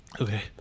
Okay